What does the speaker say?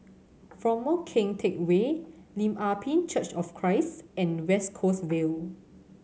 Former Keng Teck Whay Lim Ah Pin Church of Christ and West Coast Vale